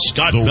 Scott